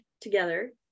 together